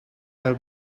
her